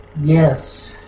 Yes